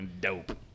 dope